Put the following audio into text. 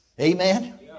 Amen